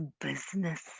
business